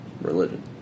religion